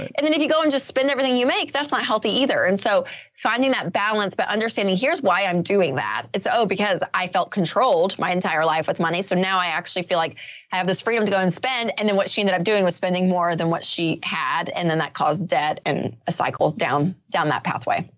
and then if you go and just spend everything you make, that's not healthy either. and so finding that balance, but understanding here's why i'm doing that. oh, because i felt controlled my entire life with money. so now i actually feel like i have this freedom to go and spend. and then what she ended up doing was spending more than what she had and then that caused debt and a cycle down, down that pathway.